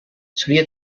seria